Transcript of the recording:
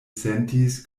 sentis